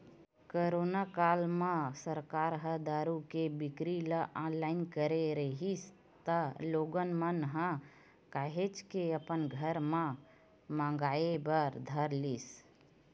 corona काल म सरकार ह दारू के बिक्री ल ऑनलाइन करे रिहिस त लोगन मन ह काहेच के अपन घर म मंगाय बर धर लिस